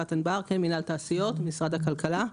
יפעת ענבר, מנהל תעשיות, משרד הכלכלה.